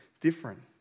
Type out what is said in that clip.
different